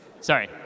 Sorry